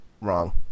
wrong